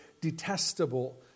detestable